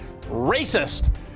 racist